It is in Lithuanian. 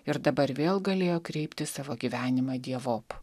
ir dabar vėl galėjo kreipti savo gyvenimą dievop